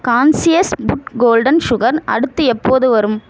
conscious food golden sugar அடுத்து எப்போது வரும்